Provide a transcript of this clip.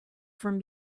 from